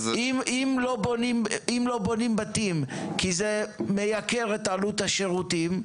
אם לא בונים בתים כי זה מייקר את עלות השירותים,